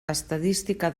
estadística